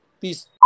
Peace